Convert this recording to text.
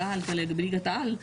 בליגת העל,